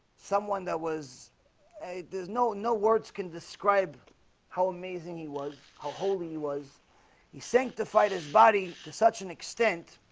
someone that was there's no no words can describe how amazing he was how holy he was he sanctified his body to such an extent